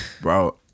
Bro